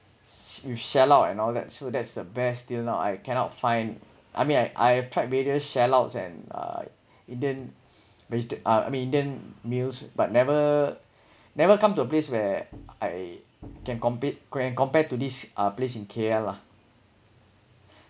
ss~ you shellout and all that so that's the best till now I cannot find I mean I I have tried various shellout and uh it didn't wasted uh I mean indian meals but never never come to a place where I can compete can compared to these uh placed in K_L lah